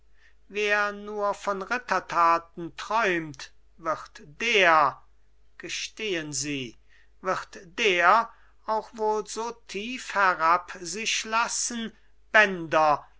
wer nur von rittertaten träumt wird der gestehen sie wird der auch wohl so tief herab sich lassen bänder